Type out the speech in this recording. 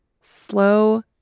slow